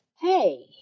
hey